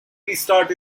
restart